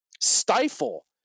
stifle